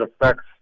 affects